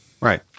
Right